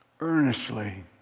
earnestly